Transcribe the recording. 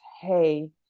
hey